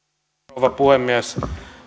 rouva puhemies